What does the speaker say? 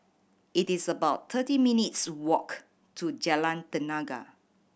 it is about thirty minutes' walk to Jalan Tenaga